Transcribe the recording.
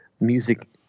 music